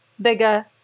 bigger